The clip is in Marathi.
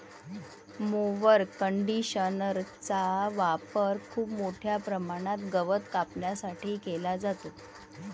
मोवर कंडिशनरचा वापर खूप मोठ्या प्रमाणात गवत कापण्यासाठी केला जातो